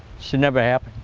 should never happened.